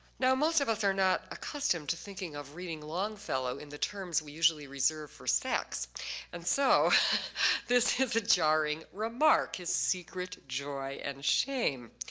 now most of us are not accustomed to thinking of reading longfellow in the terms we usually reserve for sex and so this is a jarring remark, his secret, joy, and shame.